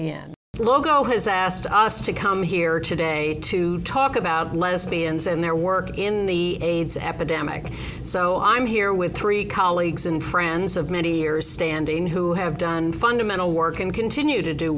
the end logo has asked us to come here today to talk about lesbians and their work in the aids epidemic so i'm here with three colleagues and friends of many years standing who have done fundamental work and continue to do